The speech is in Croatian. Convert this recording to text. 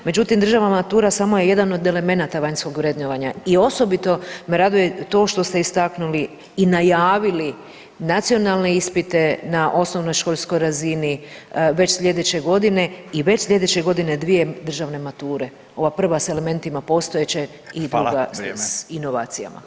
Međutim, državna matura samo je jedan od elemenata vanjskog vrednovanja i osobito me raduje to što ste istaknuli i najavili nacionalne ispite na osnovnoškolskoj razini već sljedeće godine i već slijedeće godine dvije državne mature, ova prva s elementima postojeće i druga s inovacijama.